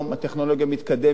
הטכנולוגיה מתקדמת,